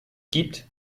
gibt